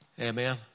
Amen